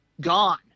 gone